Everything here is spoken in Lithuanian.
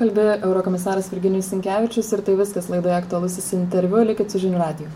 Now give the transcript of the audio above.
kalbėjo eurokomisaras virginijus sinkevičius ir tai viskas laidoje aktualusis interviu likit su žinių radiju